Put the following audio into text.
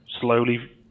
slowly